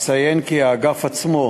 אציין כי האגף עצמו,